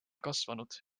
kasvanud